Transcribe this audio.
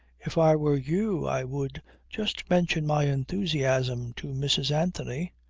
if i were you i would just mention my enthusiasm to mrs. anthony.